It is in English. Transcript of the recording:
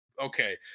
okay